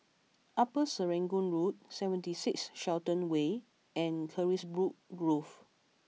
Upper Serangoon Road Seventy Six Shenton Way and Carisbrooke Grove